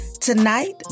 Tonight